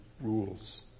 rules